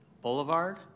Boulevard